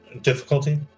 Difficulty